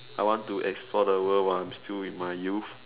I want to explore the world while I'm still in my youth